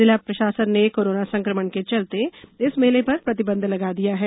जिला प्रशासन ने कोरोना संकमण के चलते इस मेले पर प्रतिबंध लगा दिया है